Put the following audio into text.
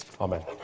Amen